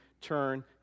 turn